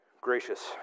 Gracious